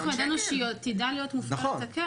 -- אנחנו ידענו שהקרן תדע להיות מובטחת.